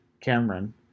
cameron